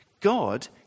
God